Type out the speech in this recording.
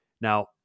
Now